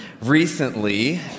recently